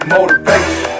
Motivation